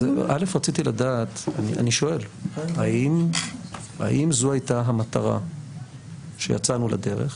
אני רוצה לדעת ואני שואל: האם זו הייתה המטרה שיצאנו לדרך?